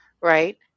right